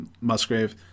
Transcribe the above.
Musgrave